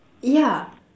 ya